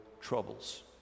troubles